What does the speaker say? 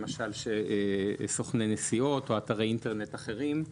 למשל סוכני נסיעות או אתרי אינטרנט אחרים,